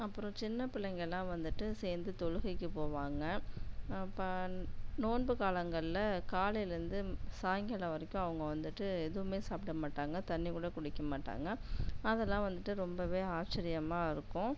அப்புறம் சின்னப்பிள்ளைங்களாம் வந்துவிட்டு சேர்ந்து தொழுகைக்கு போவாங்க அப்போ நோன்பு காலங்களில் காலையிலேந்து சாய்ங்காலம் வரைக்கும் அவங்க வந்துவிட்டு எதுவுமே சாப்பிட மாட்டாங்க தண்ணிக்கூட குடிக்க மாட்டாங்க அதெல்லாம் வந்துவிட்டு ரொம்பவே ஆச்சிரியமாக இருக்கும்